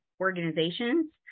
organizations